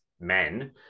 men